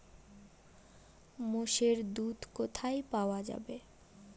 মোষের দুধ কোথায় পাওয়া যাবে?